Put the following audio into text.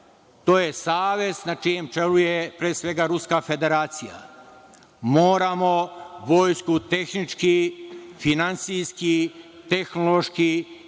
To je savez na čijem čelu je, pre svega, Ruska Federacija. Moramo vojsku tehnički, finansijski, tehnološki